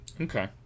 Okay